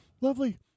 lovely